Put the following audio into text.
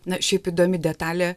na šiaip įdomi detalė